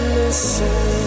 listen